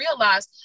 realize